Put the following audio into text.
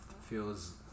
feels